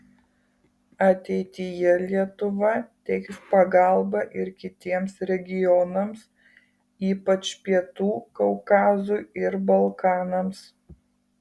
ateityje lietuva teiks pagalbą ir kitiems regionams ypač pietų kaukazui ir balkanams